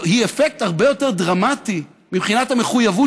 האפקט הרבה יותר דרמטי מבחינת המחויבות